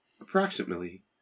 Approximately